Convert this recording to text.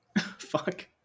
Fuck